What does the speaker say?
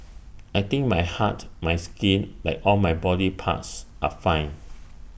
I think my heart my skin like all my body parts are fine